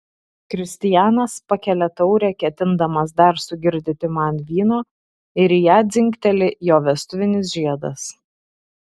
kristijanas pakelia taurę ketindamas dar sugirdyti man vyno ir į ją dzingteli jo vestuvinis žiedas